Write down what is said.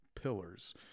pillars